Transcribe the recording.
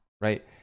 right